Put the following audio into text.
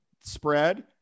spread